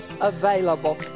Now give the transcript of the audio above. available